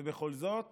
ובכל זאת